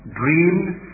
dreams